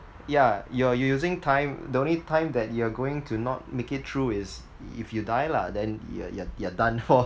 yeah you're using time the only time that you're going to not make it through is if you die lah then you are you are you are done lor